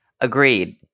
Agreed